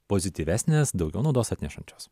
pozityvesnės daugiau naudos atnešančios